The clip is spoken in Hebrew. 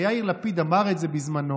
הרי יאיר לפיד אמר את זה בזמנו,